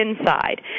inside